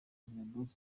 berco